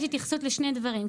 התייחסות לשני דברים.